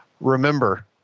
remember